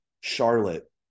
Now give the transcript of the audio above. Charlotte